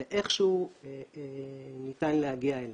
ואיך שהוא ניתן להגיע אליו.